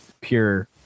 pure